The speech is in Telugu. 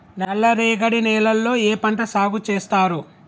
నల్లరేగడి నేలల్లో ఏ పంట సాగు చేస్తారు?